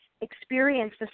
experience